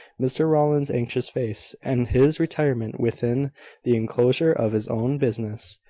mr rowland's anxious face, and his retirement within the enclosure of his own business,